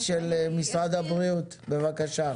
היכן שהדבר לא סגור, לתקן בזמן אמת.